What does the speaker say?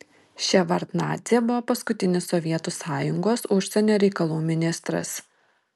ševardnadzė buvo paskutinis sovietų sąjungos užsienio reikalų ministras